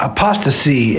Apostasy